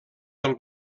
del